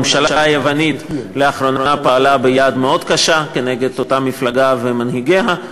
הממשלה היוונית פעלה לאחרונה ביד מאוד קשה נגד אותה מפלגה ומנהיגיה.